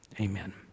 amen